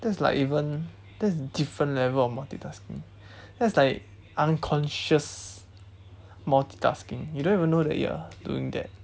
that's like even that's different level of multitasking that's like unconscious multitasking you don't even know that you are doing that